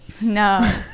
No